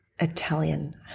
Italian